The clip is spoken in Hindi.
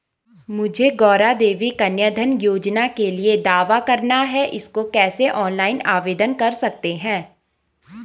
मुझे गौरा देवी कन्या धन योजना के लिए दावा करना है इसको कैसे ऑनलाइन आवेदन कर सकते हैं?